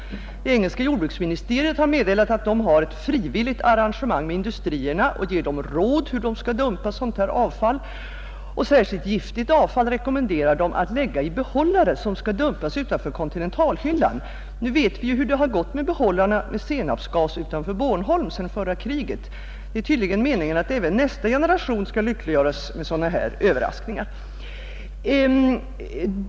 Det engelska jordbruksministeriet har meddelat att det har ett frivilligt arrangemang med industrierna och ger dessa råd om hur de skall dumpa sådant här avfall. Särskilt giftigt avfall rekommenderar det att lägga i behållare som skall dumpas utanför kontinentalhyllan, Nu vet vi ju hur det har gått med behållarna med senapsgas utanför Bornholm sedan förra kriget. Det är tydligen meningen att även nästa generation skall lyckliggöras med sådana här överraskningar.